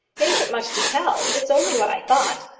it isn't much to tell. it's only what i thought.